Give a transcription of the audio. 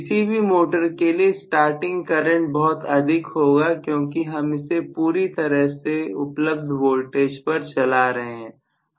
किसी भी मोटर के लिए स्टार्टिंग करंट बहुत अधिक होगा क्योंकि हम इसे पूरी तरह से उपलब्ध वोल्टेज पर चला रहे हैं